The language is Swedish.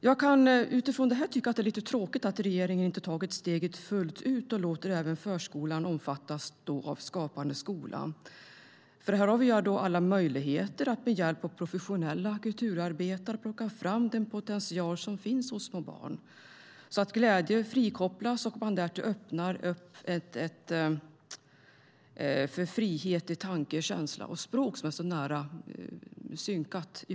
Utifrån detta kan jag tycka att det är lite tråkigt att regeringen inte har tagit steget fullt ut och låtit även förskolan omfattas av Skapande skola. Här har vi alla möjligheter att med hjälp av professionella kulturarbetare plocka fram den potential som finns hos små barn, så att glädje frikopplas och att man därtill öppnar upp för frihet i tanke, känsla och språk som är så synkade.